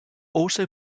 also